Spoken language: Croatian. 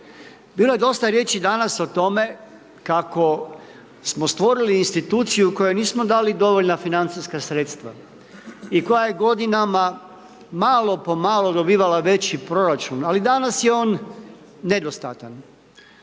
Bilo je dostav riječi danas o tome kako smo stvorili instituciju kojoj nismo dali dovoljna financijska sredstva i koja je godinama, malo po malo dobivala veći proračun, ali danas je on nedostatan.